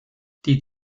die